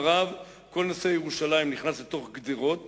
לצערנו הרב, כל נושא ירושלים נכנס לתוך גדרות